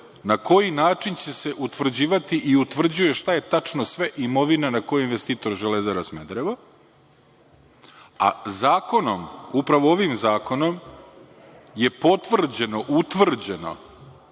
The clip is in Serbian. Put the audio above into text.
na koji način će se utvrđivati i utvrđuje šta je tačno sve imovina na koju je investitor „Železara Smederevo“, a upravo ovim zakonom je potvrđeno, utvrđeno,